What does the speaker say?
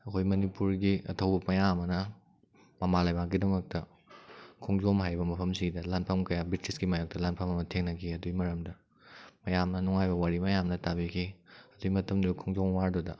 ꯑꯩꯈꯣꯏ ꯃꯅꯤꯄꯨꯔꯒꯤ ꯑꯊꯧꯕ ꯃꯌꯥꯝ ꯑꯃꯅ ꯃꯃꯥ ꯂꯩꯕꯥꯛꯀꯤꯗꯃꯛꯇ ꯈꯣꯡꯖꯣꯝ ꯍꯥꯏꯕ ꯃꯐꯝꯁꯤꯗ ꯂꯥꯟꯐꯝ ꯀꯌꯥ ꯕ꯭ꯔꯤꯁꯇꯤꯁꯀꯤ ꯃꯥꯌꯣꯛꯇ ꯂꯥꯟꯐꯝ ꯑꯃ ꯊꯦꯡꯅꯈꯤ ꯑꯗꯨꯒꯤ ꯃꯔꯝꯗ ꯃꯌꯥꯝꯅ ꯅꯨꯡꯉꯥꯏꯕ ꯋꯥꯔꯤ ꯃꯌꯥꯝꯅ ꯇꯥꯕꯤꯈꯤ ꯑꯗꯨꯏ ꯃꯇꯨꯡꯗ ꯈꯣꯡꯖꯣꯝ ꯋꯥꯔꯗꯨꯗ